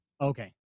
Okay